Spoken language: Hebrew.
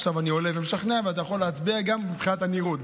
עכשיו אני עולה ומשכנע ואתה יכול להצביע גם מבחינת הנראות.